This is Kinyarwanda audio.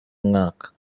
mwaka